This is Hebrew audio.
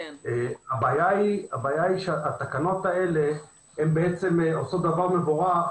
הבעיה היא שהתקנות האלה הן בעצם עושות דבר מבורך